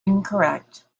incorrect